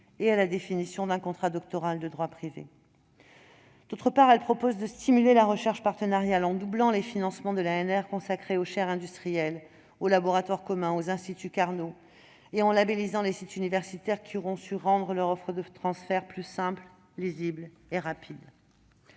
et à la définition d'un contrat doctoral de droit privé. Et c'est pourquoi elle prévoit, d'autre part, de stimuler la recherche partenariale en doublant les financements de l'ANR consacrés aux chaires industrielles, aux laboratoires communs et aux instituts Carnot, et en labellisant les sites universitaires qui auront su rendre leur offre de transfert plus simple, plus lisible et plus rapide.